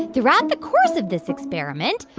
throughout the course of this experiment,